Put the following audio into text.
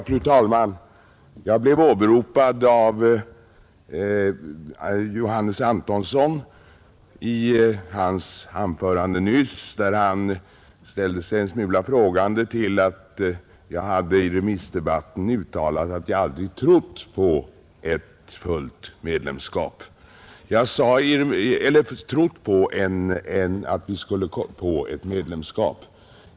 Fru talman! Jag blev nyss åberopad av herr Antonsson i hans anförande; han ställde sig en smula frågande till att jag i remissdebatten hade uttalat att jag aldrig trott att vi skulle få ett medlemskap.